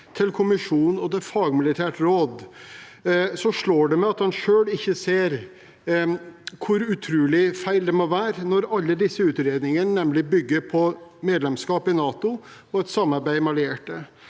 til forsvarskommisjonen og til det fagmilitære rådet, slår det meg at han selv ikke ser hvor utrolig feil det må være når alle disse utredningene bygger på medlemskap i NATO og på et samarbeid med allierte.